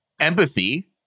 Empathy